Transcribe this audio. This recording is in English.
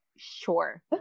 sure